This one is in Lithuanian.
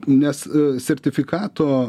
nes sertifikato